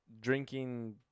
drinking